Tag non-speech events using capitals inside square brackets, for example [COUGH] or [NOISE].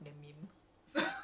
what [LAUGHS]